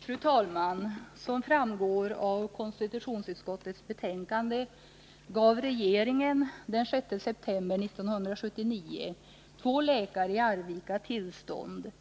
Fru talman! Såsom framgår av konstitutionsutskottets betänkande gav regeringen den 6 september 1979 två läkare i Arvika tillstånd